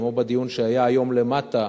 כמו בדיון שהיה היום למטה,